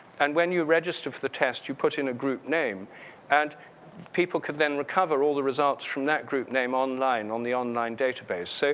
and when you register for the test, you put in a group name and people could then recover all the results from that group name online, on the online database. so,